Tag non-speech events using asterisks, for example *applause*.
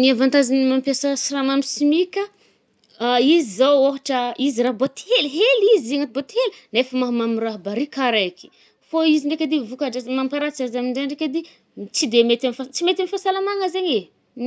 Ny avantazin’ny mampiasa siramamy simika a, *hesitation* izy zao ôhatra, izy raha bôty helihely izy na bôty hely nefa mahamamy raha barika araiky. Fô izy ndraiky edy e voka-dratsiny mamparatsy azy aminje ndraiky edy, tsy de mety amy, mety amy fasalamagna zaigny e.